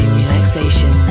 relaxation